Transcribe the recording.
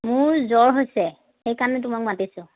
মোৰ জ্বৰ হৈছে সেইকাৰণে তোমাক মাতিছোঁ